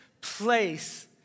place